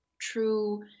true